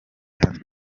hano